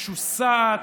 משוסעת,